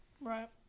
Right